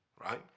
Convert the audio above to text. Right